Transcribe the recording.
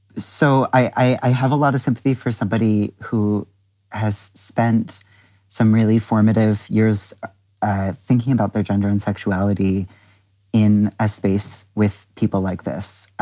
so i have a lot of sympathy for somebody who has spent some really formative years thinking about their gender and sexuality in a space with people like this.